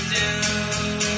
down